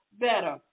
better